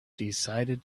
decided